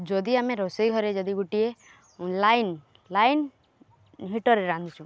ଯଦି ଆମେ ରୋଷେଇ ଘରେ ଯଦି ଗୋଟିଏ ଲାଇନ୍ ଲାଇନ୍ ହିଟର୍ରେ ରାନ୍ଧଛୁଁ